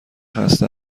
خسته